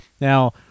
Now